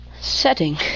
Setting